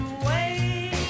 away